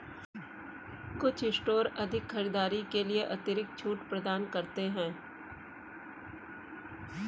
कुछ स्टोर अधिक खरीदारी के लिए अतिरिक्त छूट प्रदान करते हैं